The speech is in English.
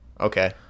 Okay